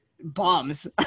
bombs